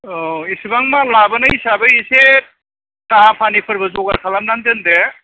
औ एसेबां माल लाबोनाय हिसाबै एसे साहा फानिफोरबो जगार खालामनानै दोनदो